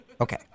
Okay